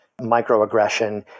microaggression